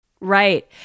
Right